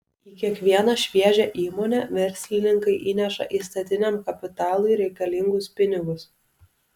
į kiekvieną šviežią įmonę verslininkai įneša įstatiniam kapitalui reikalingus pinigus